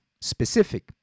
specific